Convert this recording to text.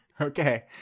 Okay